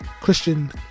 Christian